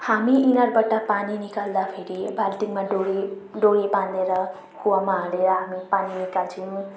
हामी इनारबाट पानी निकाल्दाखेरि बाल्टिनमा डोरी डोरी बाँधेर कुवामा हालेर हामी पानी निकाल्छौँ